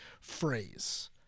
phrase